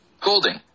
Holding